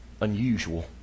unusual